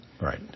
Right